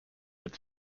its